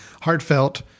heartfelt